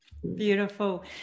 Beautiful